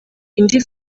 indi